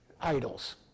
idols